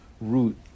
root